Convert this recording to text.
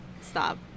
Stop